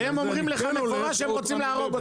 הם אומרים לך במפורש שהם רוצים להרוג אותנו.